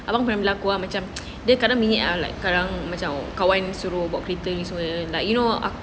abang family aku macam dia kadang bingit ah like sekarang macam kawan suruh buat kereta ke macam mana like you know aku